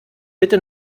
bitte